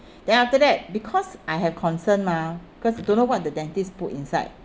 then after that because I have concern mah cause you don't know what the dentist put inside